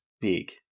big